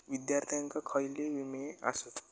विद्यार्थ्यांका खयले विमे आसत?